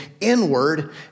inward